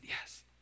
yes